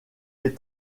des